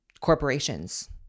corporations